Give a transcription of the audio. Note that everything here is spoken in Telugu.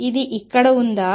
ఇది ఇక్కడ ఉందా